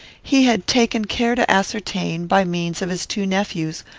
he had taken care to ascertain by means of his two nephews,